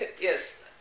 Yes